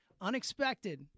Unexpected